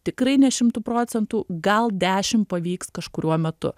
tikrai ne šimtu procentų gal dešimt pavyks kažkuriuo metu